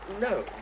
No